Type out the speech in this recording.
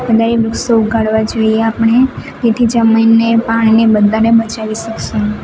વધારે વૃક્ષો ઉગાડવા જોઈએ આપણે તેથી જમીને પાણી એ બધાને બચાવી શકશું